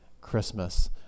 christmas